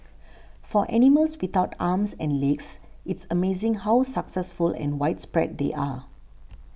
for animals without arms and legs it's amazing how successful and widespread they are